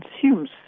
consumes